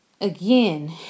Again